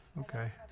okay,